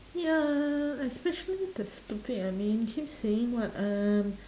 ya especially the stupid I mean keep saying what um